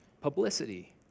publicity